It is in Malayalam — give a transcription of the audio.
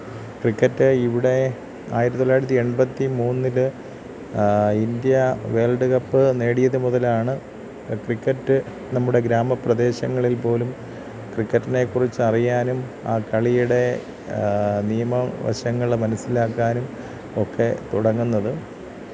ക്രിക്കറ്റ് ഇവിടെ ആയിരത്തി തൊള്ളായിരത്തി എൺപത്തി മൂന്നിൽ ഇന്ത്യ വേൾഡ് കപ്പ് നേടിയത് മുതലാണ് ക്രിക്കറ്റ് നമ്മുടെ ഗ്രാമപ്രദേശങ്ങളിൽ പോലും ക്രിക്കറ്റിനെക്കുറിച്ച് അറിയാനും ആ കളിയുടെ നിയമവശങ്ങൾ മനസ്സിലാക്കാനും ഒക്കെ തുടങ്ങുന്നത്